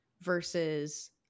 versus